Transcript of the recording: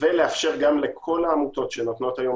ולאפשר גם לכל העמותות שנותנות ה יום